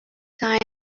time